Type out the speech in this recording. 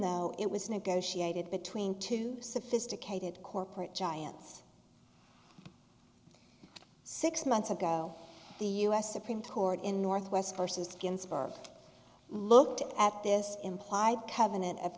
though it was negotiated between two sophisticated corporate giants six months ago the us supreme court in northwest versus looked at this implied covenant of